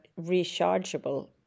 rechargeable